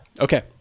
Okay